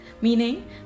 meaning